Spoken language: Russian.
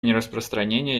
нераспространения